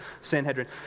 Sanhedrin